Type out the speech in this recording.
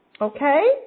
Okay